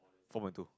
four point two